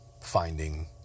finding